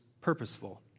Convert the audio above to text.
purposeful